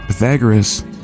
Pythagoras